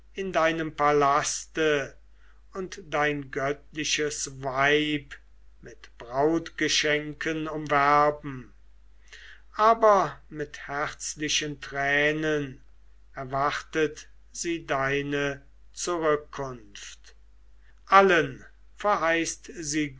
in deinem palaste und dein göttliches weib mit brautgeschenken umwerben aber mit herzlichen tränen erwartet sie deine zurückkunft allen verheißt sie